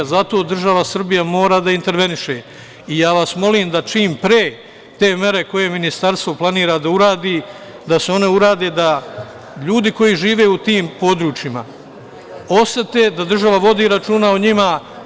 Zato država Srbija mora da interveniše i ja vas molim da čim pre, te mere koje ministarstvo planira da uradi da se one urade da, ljudi koji žive u tim područjima osete da država vodi računa o njima.